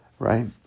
Right